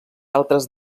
altres